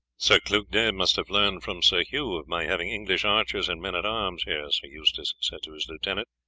sir clugnet must have learned from sir hugh of my having english archers and men-at-arms here, sir eustace said to his lieutenant,